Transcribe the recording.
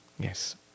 Yes